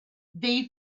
they